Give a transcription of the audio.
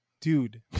dude